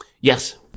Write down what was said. Yes